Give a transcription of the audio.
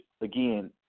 again